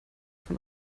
von